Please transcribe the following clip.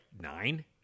nine